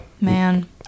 Man